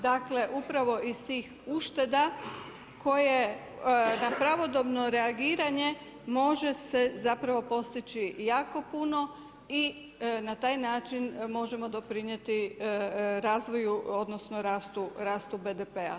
Dakle, upravo iz tih ušteda koje na pravodobno reagiranje može se zapravo postići jako puno i na taj način možemo doprinijeti razvoju odnosno rastu BDP-a.